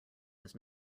does